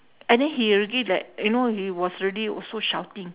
and then he already like you know he already also shouting